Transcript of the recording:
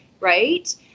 right